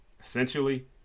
Essentially